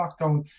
lockdown